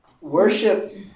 worship